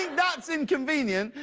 that's inconvenient,